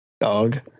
dog